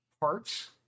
parts